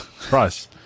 price